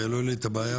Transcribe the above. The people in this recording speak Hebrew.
כי העלו לי את הבעיה.